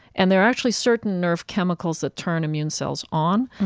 and there are actually certain nerve chemicals that turn immune cells on,